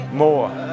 more